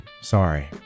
sorry